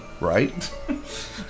Right